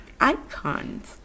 icons